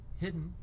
hidden